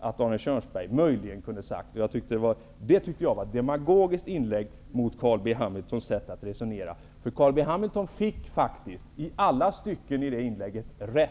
Arne Kjörnsbergs anförande var ett demagogiskt inlägg mot Carl B Hamiltons sätt att resonera. Carl B Hamilton fick faktiskt rätt i alla stycken i det inlägget.